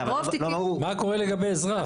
מה קורה לגבי אזרח?